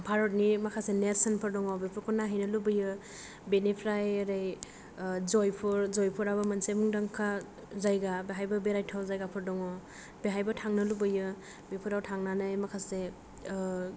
भारतनि माखासे नेरसोनफोर दङ बेफोरखौ नायहैनो लुबैयो बेनिफ्राय ओरै जयपुर जयपुराबो मोनसे मुंदांखा जायगा बेहायबो बेरायथाव जायगाफोर दङ बेहायबो थांनो लुबैयो बेफोराव थांनानै माखासे